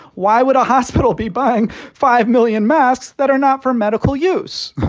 why would a hospital be buying five million masks that are not for medical use?